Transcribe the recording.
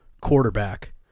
quarterback